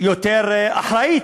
יותר אחראית,